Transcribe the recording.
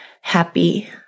happy